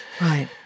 Right